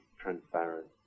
transparent